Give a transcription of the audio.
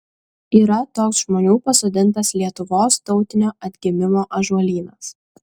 yra toks žmonių pasodintas lietuvos tautinio atgimimo ąžuolynas